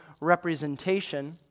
representation